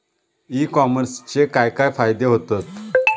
E कॉमर्सचे काय काय फायदे होतत?